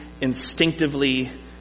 instinctively